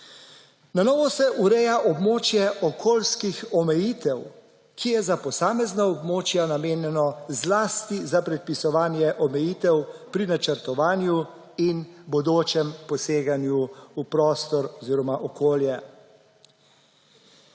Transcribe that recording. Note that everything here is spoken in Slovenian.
Na novo se ureja območje okoljskih omejitev, ki je za posamezna območja namenjeno zlasti za predpisovanje omejitev pri načrtovanju in bodočem poseganju v prostor oziroma okolje.